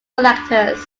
collectors